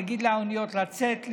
יגיד לאוניות לצאת,